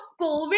Covid